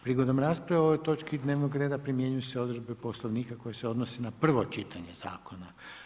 Prigodom rasprave o ovoj točki dnevnog reda primjenjuju se odredbe Poslovnika koje se odnose na prvo čitanje zakona.